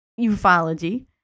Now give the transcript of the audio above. ufology